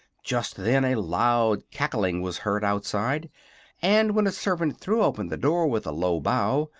just then a loud cackling was heard outside and, when a servant threw open the door with a low bow,